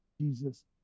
Jesus